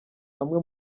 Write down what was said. amwe